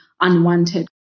unwanted